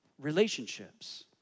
relationships